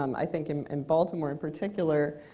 um i think in and baltimore in particular,